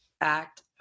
act